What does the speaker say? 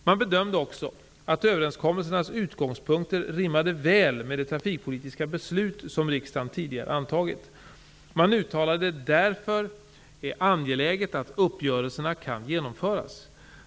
Man bedömde också att överenskommelsernas utgångspunkter rimmade väl med de trafikpolitiska beslut som riksdagen tidigare fattat. Man uttalade att det därför är angeläget att uppgörelserna kan genomföras.